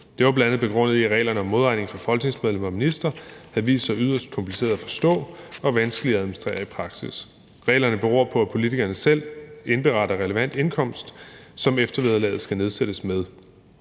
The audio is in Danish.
Det var bl.a. begrundet i, at reglerne om modregning for folketingsmedlemmer og ministre havde vist sig yderst komplicerede at forstå og vanskelige at administrere i praksis. Reglerne beror på, at politikerne selv indberetter relevant indkomst, som eftervederlaget skal nedsættes med.